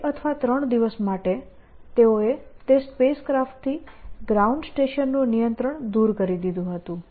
2 અથવા 3 દિવસ માટે તેઓએ તે સ્પેસ ક્રાફ્ટથી ગ્રાઉન્ડ સ્ટેશનનું નિયંત્રણ દૂર કરી દીધું હતું